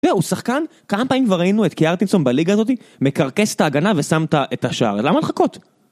לא, הוא שחקן? כמה פעמים כבר ראינו את קיארטינסון בליגה הזאתי מקרכס את ההגנה ושם את ה… את השער? למה לחכות?